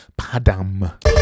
Padam